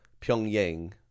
Pyongyang